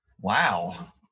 Wow